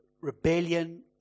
rebellion